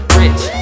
rich